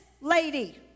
lady